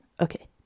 okay